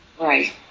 Right